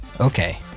Okay